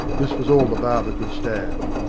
this was all the barber could stand.